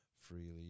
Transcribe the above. freely